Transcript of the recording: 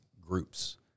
groups